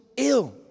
ill